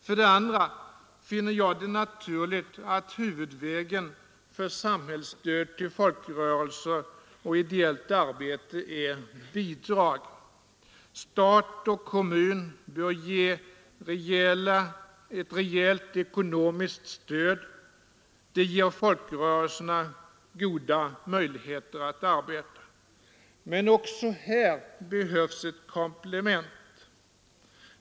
För det andra finner jag det naturligt att huvudvägen för samhällsstöd till folkrörelser och ideellt arbete är bidrag. Stat och kommun bör ge ett rejält ekonomiskt stöd — det ger folkrörelserna goda möjligheter att arbeta. Men också här behövs ett komplement.